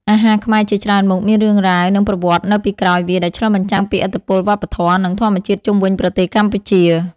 អាហារខ្មែរជាច្រើនមុខមានរឿងរ៉ាវ និងប្រវត្តិនៅពីក្រោយវា ដែលឆ្លុះបញ្ចាំងពីឥទ្ធិពលវប្បធម៌ និងធម្មជាតិជុំវិញប្រទេសកម្ពុជា ។